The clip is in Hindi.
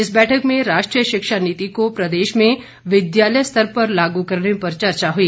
इस बैठक में राष्ट्रीय शिक्षा नीति को प्रदेश में विद्यालय स्तर पर लागू करने पर चर्चा हुई